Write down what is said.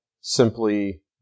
simply